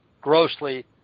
grossly